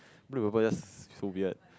over just so weird